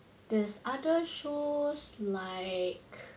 there's other shows like